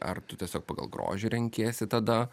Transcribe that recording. ar tu tiesiog pagal grožį renkiesi tada